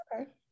Okay